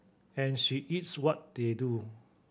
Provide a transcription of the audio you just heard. and she eats what they do